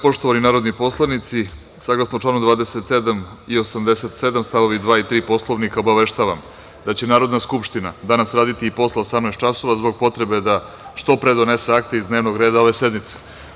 Poštovani narodni poslanici, saglasno članu 27. i 87. st.2 i 3. Poslovnika, obaveštavam da će Narodna Skupština, danas raditi i posle 18 časova, zbog potrebe da što pre donese akte iz dnevnog reda ove sednice.